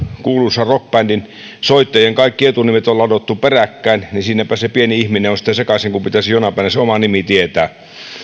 kuuluisan rock bändin soittajien kaikki etunimet on ladottu peräkkäin siinäpä se pieni ihminen on sitten sekaisin kun pitäisi jonain päivänä se oma nimi tietää